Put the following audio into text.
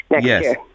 Yes